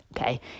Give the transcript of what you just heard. Okay